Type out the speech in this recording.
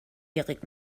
erik